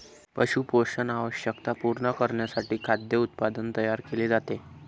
पशु पोषण आवश्यकता पूर्ण करण्यासाठी खाद्य उत्पादन तयार केले जाते